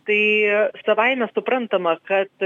tai savaime suprantama kad